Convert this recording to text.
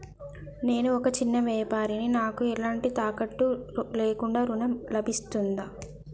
నేను ఒక చిన్న వ్యాపారిని నాకు ఎలాంటి తాకట్టు లేకుండా ఋణం లభిస్తదా?